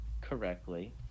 correctly